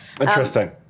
Interesting